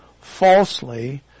falsely